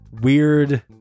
weird